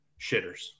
shitters